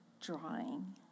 drawing